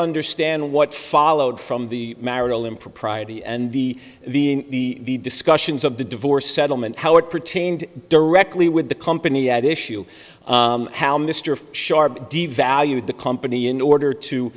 understand what followed from the marital impropriety and the the discussions of the divorce settlement how it pertained directly with the company at issue how mr sharp devalued the company in order